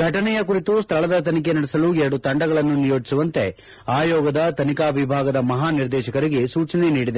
ಫಟನೆಯ ಕುರಿತು ಸ್ಥಳದ ತನಿಖೆ ನಡೆಸಲು ಎರಡು ತಂಡಗಳನ್ನು ನಿಯೋಜಿಸುವಂತೆ ಆಯೋಗದ ತನಿಖಾ ವಿಭಾಗದ ಮಹಾ ನಿರ್ದೇಶಕರಿಗೆ ಸೂಚನೆ ನೀಡಿದೆ